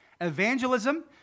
Evangelism